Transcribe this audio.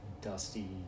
dusty